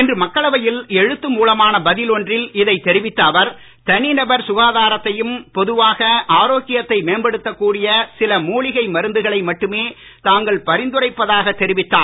இன்று மக்களவையில் எழுத்து மூலமான பதில் ஒன்றில் இதைத் தெரிவித்த அவர் தனி நபர் சுகாதாரத்தையும் பொதுவாக ஆரோக்கியத்தை மேம்படுத்தக் கூடிய சில மூலிகை மருந்துகளை மட்டுமே தாங்கள் பரிந்துரைப்பதாகத் தெரிவித்தார்